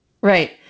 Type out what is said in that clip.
Right